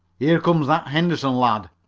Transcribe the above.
here comes that henderson lad,